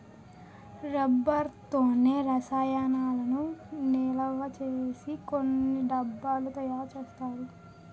rubber తోనే రసాయనాలను నిలవసేసి కొన్ని డబ్బాలు తయారు చేస్తారు